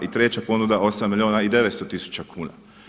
I treća ponuda 8 milijuna i 900 tisuća kuna.